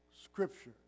scripture